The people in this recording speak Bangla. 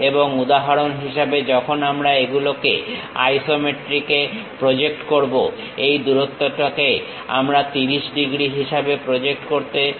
এবং উদাহরণ হিসেবে যখন আমরা এগুলোকে আইসোমেট্রিকে প্রজেক্ট করব এই দূরত্বটাকে আমরা 30 ডিগ্রী হিসাবে প্রজেক্ট করতে চলবো